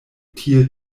tie